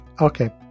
Okay